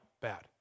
bad